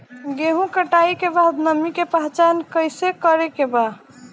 गेहूं कटाई के बाद नमी के पहचान कैसे करेके बा?